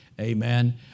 amen